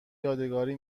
یادگاری